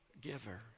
giver